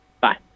Bye